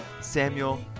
Samuel